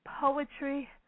poetry